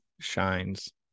shines